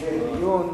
לדיון,